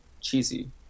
cheesy